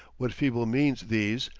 what feeble means these,